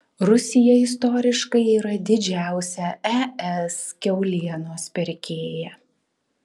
rusija istoriškai yra didžiausia es kiaulienos pirkėja